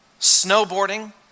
snowboarding